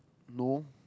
no